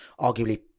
arguably